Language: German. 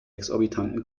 exorbitanten